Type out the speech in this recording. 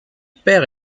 père